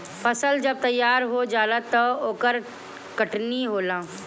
फसल जब तैयार हो जाला त ओकर कटनी होला